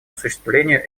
осуществлению